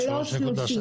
שלוש שלושים.